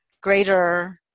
greater